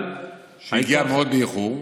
שהגיעה מאוד באיחור.